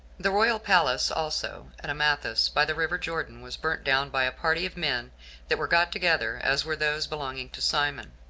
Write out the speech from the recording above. the royal palace also at amathus, by the river jordan, was burnt down by a party of men that were got together, as were those belonging to simon.